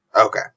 Okay